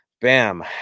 Bam